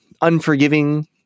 unforgiving